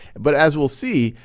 but, as we'll see,